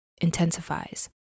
intensifies